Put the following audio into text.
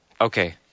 Okay